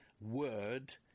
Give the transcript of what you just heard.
word